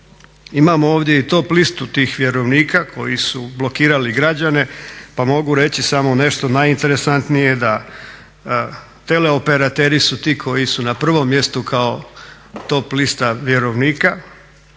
Imamo ovdje i top-listu tih vjerovnika koji su blokirali građane pa mogu reći samo nešto najinteresantnije da teleoperateri su ti koji su na prvom mjestu kao top-lista vjerovnika,